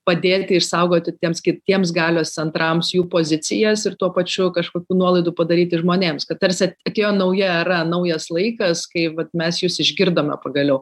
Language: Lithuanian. padėti išsaugoti tiems kitiems galios centrams jų pozicijas ir tuo pačiu kažkokių nuolaidų padaryti žmonėms kad tarsi atėjo nauja era naujas laikas kai vat mes jus išgirdome pagaliau